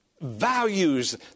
values